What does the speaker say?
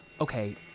Okay